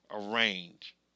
arrange